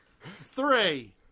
three